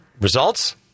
results